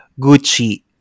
Gucci